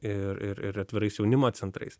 ir ir ir atvirais jaunimo centrais